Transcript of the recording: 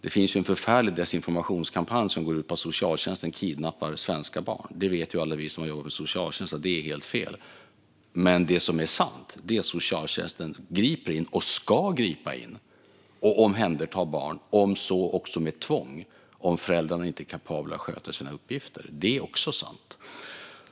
Det finns ju en förfärlig desinformationskampanj som går ut på att socialtjänsten kidnappar svenska barn. Alla vi som jobbat med socialtjänsten vet att det är helt fel. Det som är sant är att socialtjänsten griper in och omhändertar barn - och ska så göra, också med tvång - om föräldrarna inte är kapabla att sköta sina uppgifter. Det är sant.